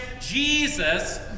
Jesus